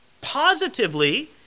Positively